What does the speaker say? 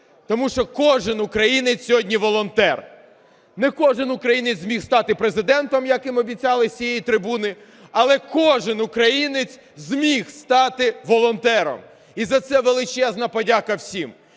тому що кожен українець сьогодні волонтер. Не кожен українець зміг стати президентом, як їм обіцяли з цієї трибуни, але кожен українець зміг стати волонтером. І за це величезна подяка всім.